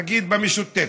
נגיד במשותפת,